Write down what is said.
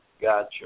Gotcha